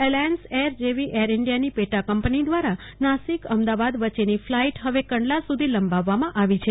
alliance air જેવી air ઇન્ડિયાની પેટાકંપની દ્વારા નાસિક અમદાવાદ વચ્ચેની ફ્લાઈટ હવે કંડલા સુધી લંબાવવામાં આવી છે